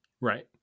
Right